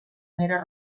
mera